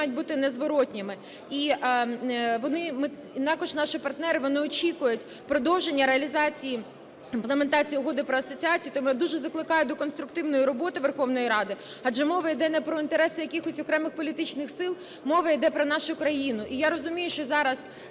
бути незворотніми. І вони, також наші партнери, вони очікують продовження реалізації імплементації Угоди про асоціацію. Тому я дуже закликаю до конструктивної роботи Верховної Ради. Адже мова йде не про інтереси якихось окремих політичних сил, мова йде про нашу країну. І я розумію, що зараз